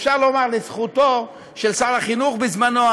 אפשר לומר לזכותו של שר החינוך בזמנו,